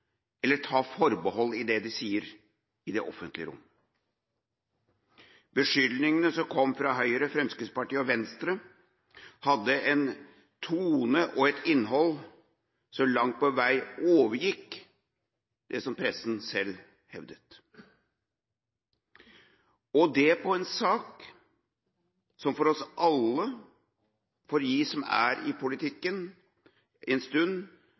eller ta forbehold i det de sier i det offentlige rom. Beskyldningene som kom fra Høyre, Fremskrittspartiet og Venstre, hadde en tone og et innhold som langt på vei overgikk det som pressen selv hevdet – og det i en sak som for alle oss som har vært i politikken